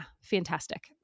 fantastic